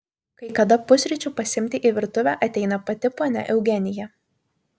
kai kada pusryčių pasiimti į virtuvę ateina pati ponia eugenija